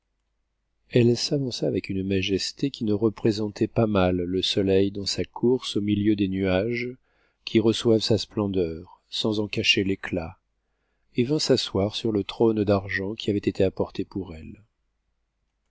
elle s'avança avec une majesté qui ne représentait pas mal le soleil dans sa course au milieu des nuages qui reçoivent sa splendeur sans en cacher l'éclat et vint s'asseoir sur le trône d'argent qui avait été apporté pour elle